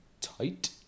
tight